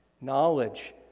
Knowledge